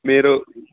మీరు